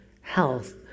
health